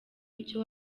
icyo